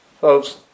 Folks